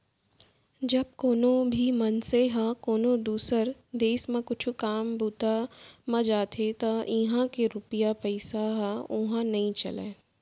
जब कोनो भी मनसे ह कोनो दुसर देस म कुछु काम बूता म जाथे त इहां के रूपिया पइसा ह उहां नइ चलय